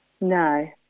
No